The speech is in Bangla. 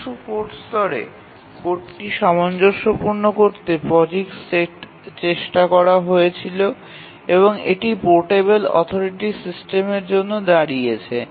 উৎস কোড স্তরে কোডটি সামঞ্জস্যপূর্ণ করতে পসিক্স চেষ্টা করা হয়েছিল এবং এটি পোর্টেবল অপারেটিং সিস্টেমের জন্য দাঁড়িয়েছে